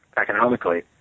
economically